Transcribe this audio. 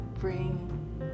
bring